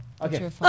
Okay